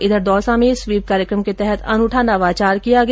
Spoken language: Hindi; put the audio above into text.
इधर दौसा में स्वीप कार्यक्रमों के तहत अनूठा नवाचार किया गया